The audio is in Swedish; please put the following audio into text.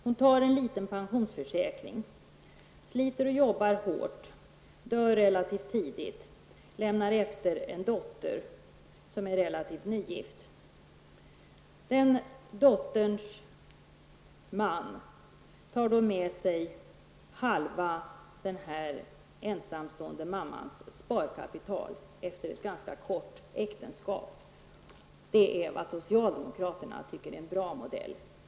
Hon tar en liten pensionsförsäkring, sliter hårt, dör relativt tidigt och lämnar efter sig en dotter som är relativt nygift. Dotterns man tar med sig hälften av den här ensamstående mammans sparkapital efter ett ganska kort äktenskap. Det är vad socialdemokraterna tycker är en bra modell.